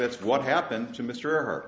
that's what happened to mr